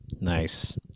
Nice